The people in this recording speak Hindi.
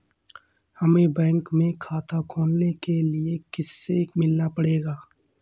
हमे बैंक में खाता खोलने के लिए किससे मिलना पड़ेगा?